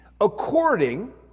According